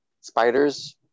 spiders